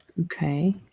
Okay